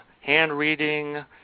hand-reading